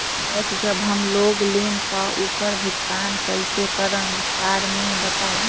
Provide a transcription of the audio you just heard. Gas जब हम लोग लेम त उकर भुगतान कइसे करम विस्तार मे बताई?